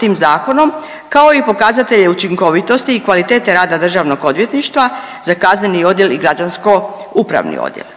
tim zakonom kao i pokazatelje učinkovitosti i kvalitete rada Državnog odvjetništva za kazneni odjel i građansko upravni odjel.